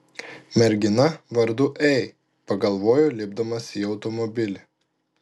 mergina vardu ei pagalvojo lipdamas į automobilį